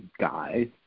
guy